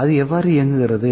அது எவ்வாறு இயங்குகிறது